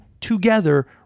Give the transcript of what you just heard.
together